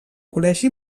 col·legi